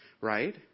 Right